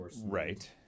right